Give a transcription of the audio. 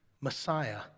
Messiah